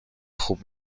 خوب